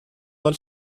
حال